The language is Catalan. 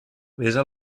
besa